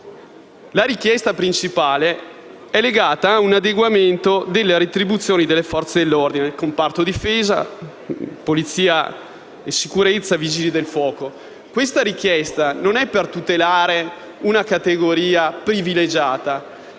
la richiesta principale è legata a un adeguamento delle retribuzioni delle Forze dell'ordine, cioè del comparto difesa, sicurezza e Vigili del fuoco. Questa richiesta non è volta a tutelare una categoria privilegiata,